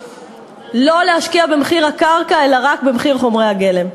לא להשקיע במחיר הקרקע אלא רק במחיר חומרי הגלם.